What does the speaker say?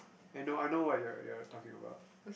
I know I know what you're you're talking about